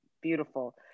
beautiful